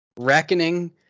Reckoning